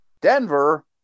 Denver